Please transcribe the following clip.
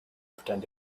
pretend